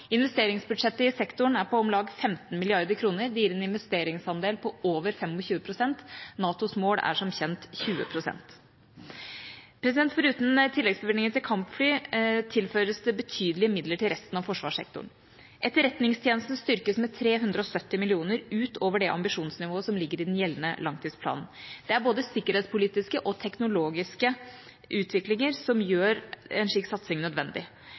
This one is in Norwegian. Investeringsbudsjettet i sektoren er på om lag 15 mrd. kr. Det gir en investeringsandel på over 25 pst. NATOs mål er som kjent 20 pst. Foruten tilleggsbevilgningen til kampfly tilføres det betydelige midler til resten av forsvarssektoren. Etterretningstjenesten styrkes med 370 mill. kr utover det ambisjonsnivået som ligger i den gjeldende langtidsplanen. Det er både sikkerhetspolitiske og teknologiske utviklinger som gjør en slik satsing nødvendig.